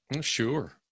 Sure